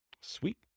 Sweet